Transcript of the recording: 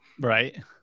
right